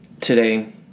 Today